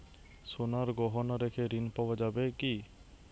সোনার গহনা রেখে ঋণ পাওয়া যাবে কি?